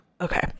Okay